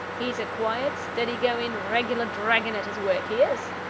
he's a quiet, steady-going, regular dragon at his work he is!